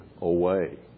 away